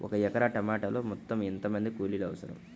ఒక ఎకరా టమాటలో మొత్తం ఎంత మంది కూలీలు అవసరం?